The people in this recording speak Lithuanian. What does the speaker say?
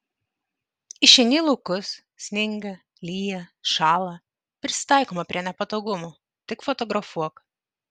išeini į laukus sninga lyja šąla prisitaikoma prie nepatogumų tik fotografuok